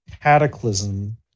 Cataclysm